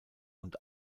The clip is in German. und